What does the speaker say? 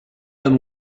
been